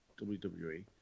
WWE